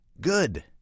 good